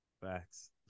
Facts